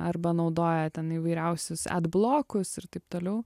arba naudoja ten įvairiausius ed blokus ir taip toliau